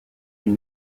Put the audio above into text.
une